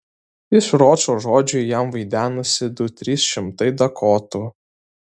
iš ročo žodžių jam vaidenasi du trys šimtai dakotų